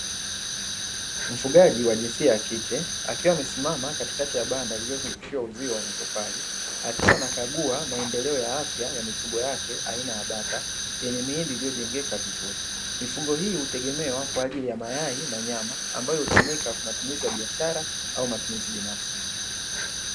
Mfugaji wa jinsia ya kike akiwa amesimama katikati ya banda lililozungushiwa uzio wa matofali, akiwa anakagua maendeleo ya afya ya mifugo yake aina ya bata yenye miili iliyojengeka vizuri. Mifugo hii hutegemewa kwa ajili ya mayai na nyama ambayo hutumika kwa matumizi ya biashara au matumizi binafsi.